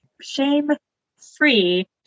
shame-free